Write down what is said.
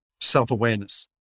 self-awareness